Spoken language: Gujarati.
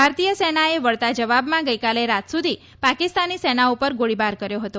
ભારતીય સેનાએ વળતા જવાબમાં ગઇકાલે રાત્ર સૂધી પાકિસ્તાની સેના ઉપર ગોળીબાર કર્યો હતો